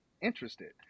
interested